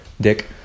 dick